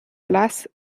place